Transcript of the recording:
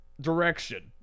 direction